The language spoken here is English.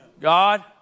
God